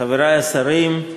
חברי השרים,